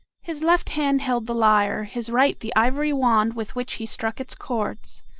his left hand held the lyre, his right the ivory wand with which he struck its chords.